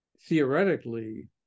theoretically